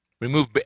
remove